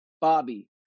Bobby